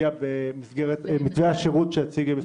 צה"ליים.